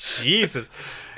Jesus